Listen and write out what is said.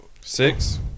Six